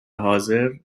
حاضردر